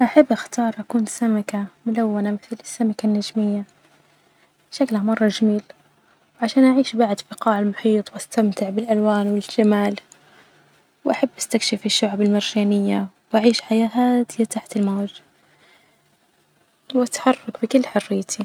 أحب أختار أكون سمكة ملونة مثل السمكة النجمية، شكلها مرة جميل عشان أعيش بعد بقاع المحيط، وأستمتع بالألوان والجمال، وأحب أـستكشف الشعب المرجانية، وأعيش حياة هادية تحت المي وأتحرك بكل حريتي.